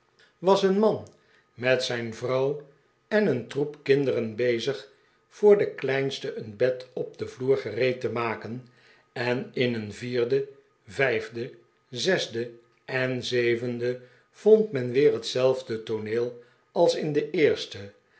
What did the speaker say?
was een man met zijn vrouw en een troep kinderen bezig voor het kleinste een bed op den vloer gereed te maken en in een vierde vijfde zesde en zevende vond men weer hetzelfde tooneel als in de eerste